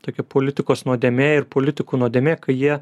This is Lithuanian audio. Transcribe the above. tokia politikos nuodėmė ir politikų nuodėmė kai jie